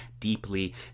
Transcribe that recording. deeply